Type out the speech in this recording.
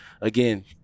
again